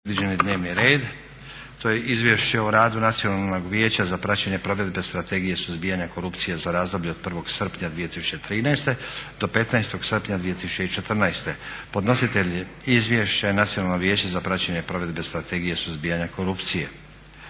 Nenad (SDP)** To je Izvješće o radu Nacionalnog vijeća za praćenje provedbe Strategije suzbijanja korupcije za razdoblje od 1. srpnja 2013. do 15. srpnja 2014. Podnositelj izvješća je Nacionalno vijeće za praćenje provedbe Strategije suzbijanja korupcije.